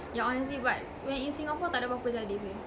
yeah honestly but when in singapore tak ada apa apa jadi punya